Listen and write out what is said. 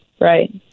Right